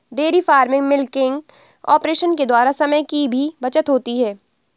dairy farming milking operation के द्वारा समय की भी बचत होती है